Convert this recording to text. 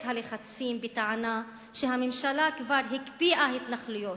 הלחצים בטענה שהממשלה כבר הקפיאה התנחלויות,